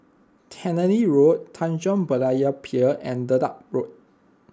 Tannery Road Tanjong Berlayer Pier and Dedap Road